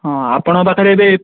ହଁ ଆପଣଙ୍କ ପାଖରେ ଏବେ